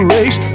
Race